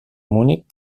munic